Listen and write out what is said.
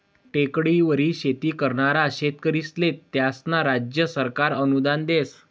टेकडीवर शेती करनारा शेतकरीस्ले त्यास्नं राज्य सरकार अनुदान देस